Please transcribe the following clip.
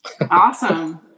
awesome